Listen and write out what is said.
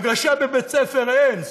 הנגשה בבית-ספר, אין.